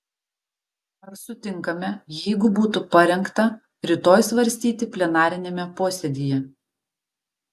ar sutinkame jeigu būtų parengta rytoj svarstyti plenariniame posėdyje